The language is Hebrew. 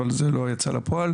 אבל זה לא יצא לפועל.